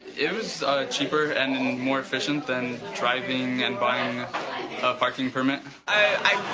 it was cheaper and in more efficient than driving and buying a parking permit. i'm